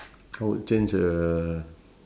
I would change uh